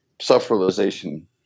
self-realization